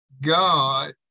God